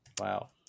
Wow